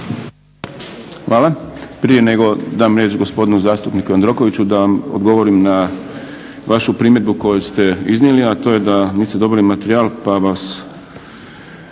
Hvala. Prije nego dam riječ gospodinu zastupniku Jandrokoviću, da vam odgovorim na vašu primjedbu koju ste iznijeli, a to je da niste dobili materijal, pa vam